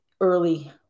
early